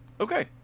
okay